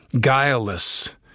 guileless